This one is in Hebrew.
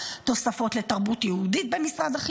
תוספות למשרד ירושלים,